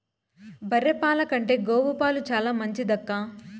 బర్రె పాల కంటే గోవు పాలు చాలా మంచిదక్కా